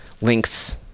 links